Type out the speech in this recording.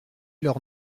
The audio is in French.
leur